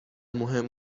مهم